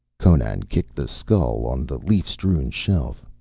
conan kicked the skull on the leaf-strewn shelf.